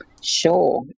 Sure